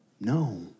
No